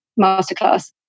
masterclass